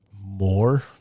more